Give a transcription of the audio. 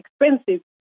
expensive